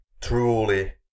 truly